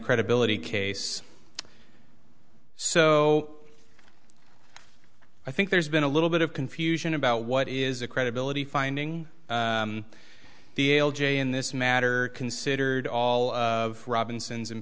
credibility case so i think there's been a little bit of confusion about what is a credibility finding the ael j in this matter considered all of robinson's